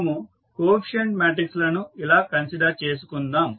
మనము coefficient matrix లను ఇలా కన్సిడర్ చేసుకుందాం